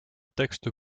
texte